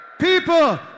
people